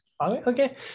Okay